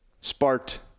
sparked